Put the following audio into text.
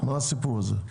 מה הסיפור הזה?